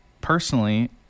personally